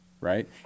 right